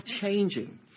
changing